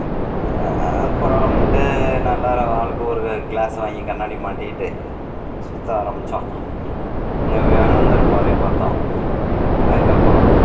பரவாயில்லன்ட்டு நல்லா ஆளுக்கு ஒரு கிளாஸ் வாங்கி கண்ணாடி மாட்டிகிட்டு சுற்ற ஆரமித்தோம் அங்கே விவேகானந்தர் பாறையை பார்த்தோம் அதுக்கு அப்புறம்